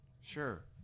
sure